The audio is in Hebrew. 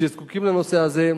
שזקוקים לנושא הזה,